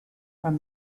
from